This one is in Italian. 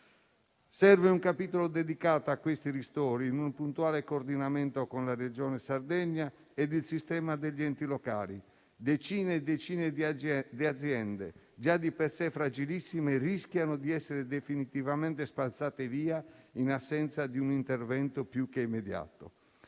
Serve un capitolo dedicato a questi ristori in puntuale coordinamento con la Regione Sardegna e il sistema degli enti locali. Decine e decine di aziende, già di per sé fragilissime, rischiano di essere definitivamente spazzate via in assenza di un intervento più che immediato.